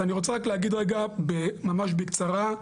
אני רוצה להגיד ממש בקצרה,